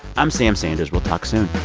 i'm sam sanders. we'll talk soon